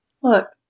Look